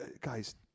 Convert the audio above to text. guys